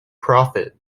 profit